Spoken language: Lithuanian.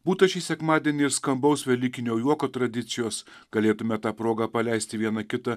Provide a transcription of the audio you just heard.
būta šį sekmadienį ir skambaus velykinio juoko tradicijos galėtume ta proga paleisti vieną kitą